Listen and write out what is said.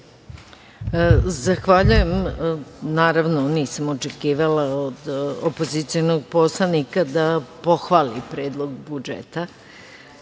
Zahvaljujem. Naravno, nisam očekivala od opozicionog poslanika da pohvali predlog budžeta,